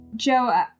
Joe